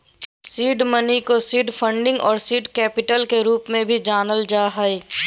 seed money के seed funding or seed capital के रूप में भी जानल जा हइ